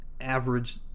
average